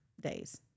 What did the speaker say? days